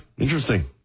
Interesting